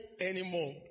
anymore